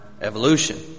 evolution